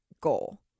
goal